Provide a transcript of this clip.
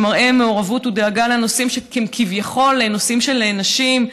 מראה מעורבות ודאגה לנושאים שהם כביכול נושאים של נשים,